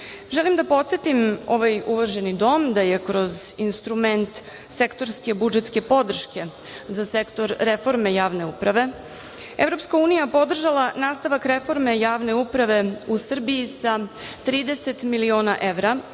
da podsetim ovaj uvaženi dom da je kroz instrument sektorske budžetske podrške za sektor reforme javne uprave EU podržala nastavak reforme javne uprave u Srbiji sa 30 miliona evra,